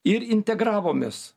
ir integravomės